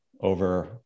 over